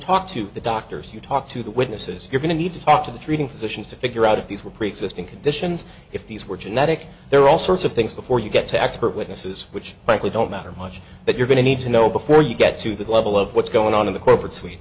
talk to the doctors you talk to the witnesses you're going to need to talk to the treating physicians to figure out if these were preexisting conditions if these were genetic there are all sorts of things before you get to expert witnesses which frankly don't matter much that you're going to need to know before you get to that level of what's going on in the corporate s